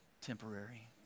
temporary